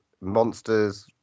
monsters